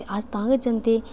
ते अस तां गै जंदे